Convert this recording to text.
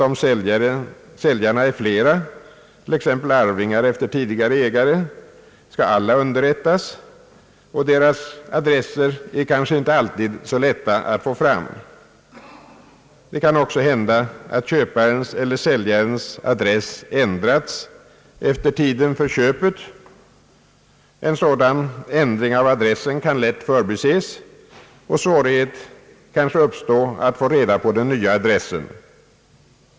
Om säljarna är flera, t.ex. arvingar efter tidigare ägare, skall alla underrättas, och deras adresser är kanske inte alltid så lätta att få fram, Det kan också hända att köparens eller säljarens adress ändrats efter tidpunkten för köpet. En sådan ändring av adressen kan lätt förbises, och svårighet kan kanske uppstå att få reda på den nya adressen.